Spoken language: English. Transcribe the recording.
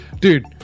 dude